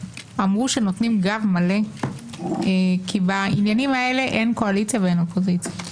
אמרו שנותנים גב מלא כי בעניינים האלה אין קואליציה ואין אופוזיציה.